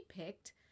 picked